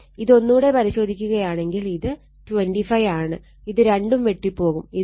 ഇതൊന്നൂടെ പരിശോധിക്കുകയാണെങ്കിൽ ഇത് 25 ആണ് ഇത് രണ്ടും വെട്ടിപോവും ഇത് 2